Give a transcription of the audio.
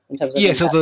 Yes